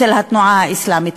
בתנועה האסלאמית.